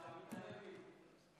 כבוד היו"ר,